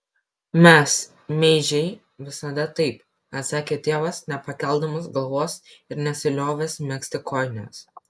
mes meižiai visada taip atsakė tėvas nepakeldamas galvos ir nesiliovęs megzti kojinės